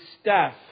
staff